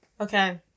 Okay